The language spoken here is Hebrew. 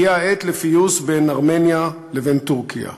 הגיעה העת לפיוס בין ארמניה לבין טורקיה.